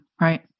Right